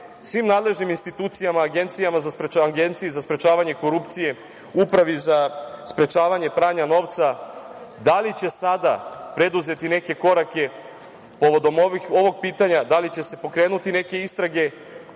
svim nadležnim institucijama i Agenciji za sprečavanje korupcije, Upravi za sprečavanje pranja novca, da li će sada preduzeti neke korake povodom ovog pitanja, da li će se pokrenuti neke istrage? Ova